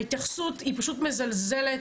ההתייחסות היא פשוט מזלזלת,